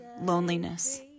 loneliness